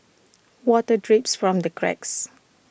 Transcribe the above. water drips from the cracks